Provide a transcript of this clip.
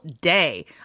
day